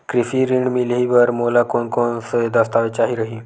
कृषि ऋण मिलही बर मोला कोन कोन स दस्तावेज चाही रही?